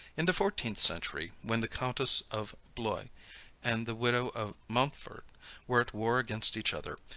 in the fourteenth century, when the countess of blois and the widow of mountford were at war against each other,